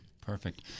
perfect